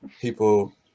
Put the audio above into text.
People